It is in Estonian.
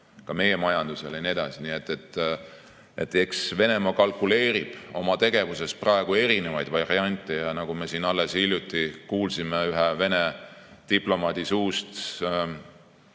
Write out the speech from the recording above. ka meie majandusele ja nii edasi. Nii et eks Venemaa kalkuleerib oma tegevuses praegu erinevaid variante. Nagu me siin alles hiljuti kuulsime ühe Vene diplomaadi suust,